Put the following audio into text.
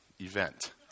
event